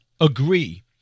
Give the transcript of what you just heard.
agree